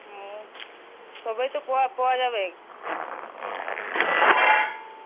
ও সবই তো পাওয়া পাওয়া যাবে